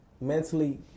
mentally